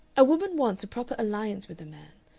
a woman wants a proper alliance with a man,